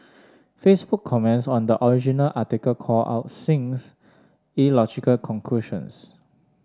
Facebook comments on the original article called out Singh's illogical conclusions